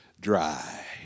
dry